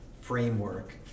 framework